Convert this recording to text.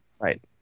Right